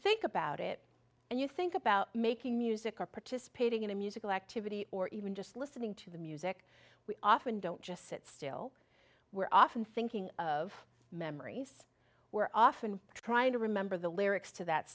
think about it and you think about making music or participating in a musical activity or even just listening to the music we often don't just sit still we're often thinking of memories we're often trying to remember the lyrics to that